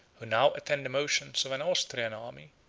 who now attend the motions of an austrian army,